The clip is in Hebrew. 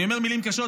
אני אומר מילים קשות,